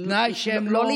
בתנאי שהם לא,